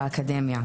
באקדמיה.